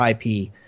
IP